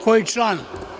Koji član?